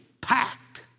Packed